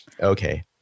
okay